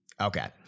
okay